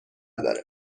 داره